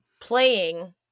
playing